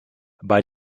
bei